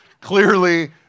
Clearly